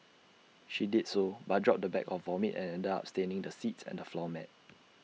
she did so but dropped the bag of vomit and ended up staining the seats and the floor mat